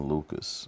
Lucas